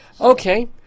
Okay